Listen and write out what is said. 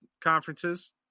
conferences